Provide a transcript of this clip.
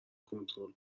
کنترل